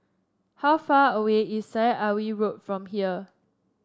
how far away is Syed Alwi Road from here